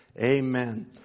Amen